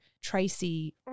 Tracy